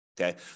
Okay